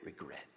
regret